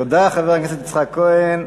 תודה, חבר הכנסת יצחק כהן.